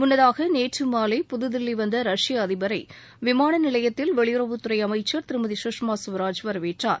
முன்னதாக நேற்று மாலை புதுதில்லி வந்த ரஷ்ய அதிபரை விமாள நிலையத்தில் வெளியுறவுத்துறை அமைச்சர் திருமதி சுஷ்மா சுவராஜ் வரவேற்றார்